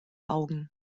augen